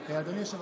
אמר לי שיכור.